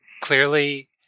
clearly